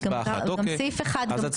זה גם סעיף אחד גם ככה.